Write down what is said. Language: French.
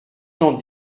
cent